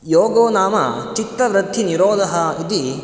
योगो नाम चित्तवृत्तिनिरोधः इति